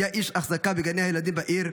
היה איש אחזקה בגני הילדים בעיר.